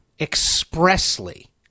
expressly